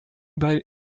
bei